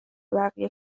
بقیه